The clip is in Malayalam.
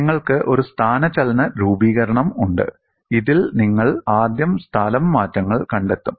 നിങ്ങൾക്ക് ഒരു സ്ഥാനചലന രൂപീകരണം ഉണ്ട് ഇതിൽ നിങ്ങൾ ആദ്യം സ്ഥലംമാറ്റങ്ങൾ കണ്ടെത്തും